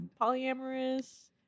Polyamorous